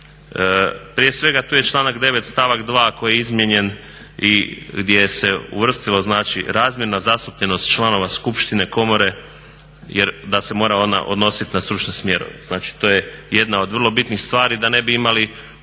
Prije svega tu je članak 9. stavak 2. koji je izmijenjen i gdje se uvrstila znači razmjerna zastupljenost članova skupštine, komore, jer da se mora ona odnosit na stručne smjerove. Znači, to je jedna od vrlo bitnih stvari da ne bi imali